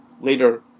later